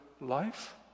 life